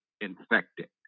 infected